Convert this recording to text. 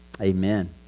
Amen